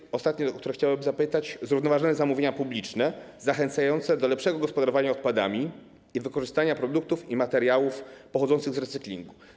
I ostatnia rzecz, o którą chciałbym zapytać, to zrównoważone zamówienia publiczne zachęcające do lepszego gospodarowania odpadami i wykorzystania produktów i materiałów pochodzących z recyklingu.